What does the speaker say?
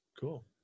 cool